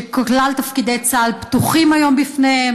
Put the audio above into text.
שכלל תפקידי צה"ל פתוחים היום בפניהם.